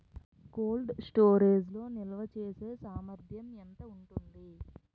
Cold storage లో నిల్వచేసేసామర్థ్యం ఎంత ఉంటుంది?